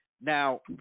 Now